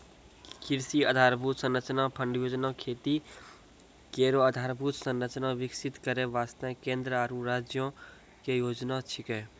कृषि आधारभूत संरचना फंड योजना खेती केरो आधारभूत संरचना विकसित करै वास्ते केंद्र आरु राज्यो क योजना छिकै